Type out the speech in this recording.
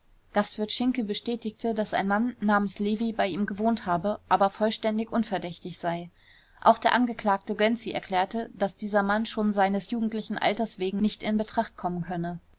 gastwirt schinke bestätigte daß ein mann namens levy bei ihm gewohnt habe aber vollständig unverdächtig sei auch der angeklagte gönczi erklärte daß dieser mann schon seines jugendlichen alters wegen nicht in betracht kommen könne